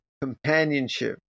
companionship